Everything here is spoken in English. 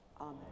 Amen